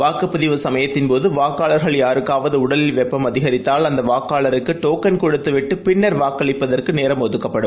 வாக்குப் பதிவு சமயத்தின் போதுவாக்காளர் யாருக்காவதுஉடலில் வெப்பம் அதிகரித்தால் அந்தவாக்காளருக்குடோக்கள் கொடுத்துவிட்டுபின்னர் வாக்களிப்பதற்குநேரம் ஒதுக்கப்படும்